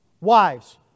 Wives